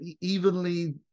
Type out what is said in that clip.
evenly